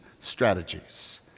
strategies